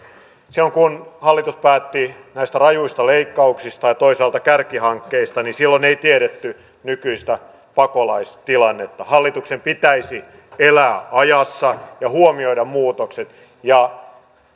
silloin kun hallitus päätti näistä rajuista leikkauksista ja toisaalta kärkihankkeista ei tiedetty nykyistä pakolaistilannetta hallituksen pitäisi elää ajassa ja huomioida muutokset ja